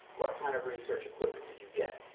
what kind of research equipment could you get?